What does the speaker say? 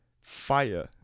fire